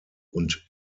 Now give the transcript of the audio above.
und